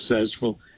successful